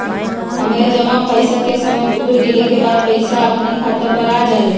हमर जमा पैसा के समय पुर गेल के बाद पैसा अपने खाता पर आ जाले?